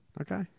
Okay